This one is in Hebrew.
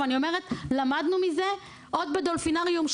ואני אומרת: למדנו מזה עוד בדולפינריום,